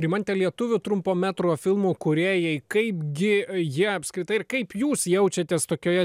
rimante lietuvių trumpo metro filmų kūrėjai kaipgi jie apskritai ir kaip jūs jaučiatės tokioje